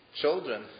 children